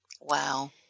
Wow